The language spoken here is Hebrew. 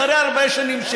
אחרי הרבה שנים,